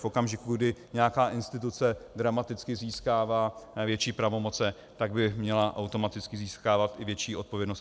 V okamžiku, kdy nějaká instituce dramaticky získává větší pravomoce, tak by měla automaticky získávat i větší odpovědnost.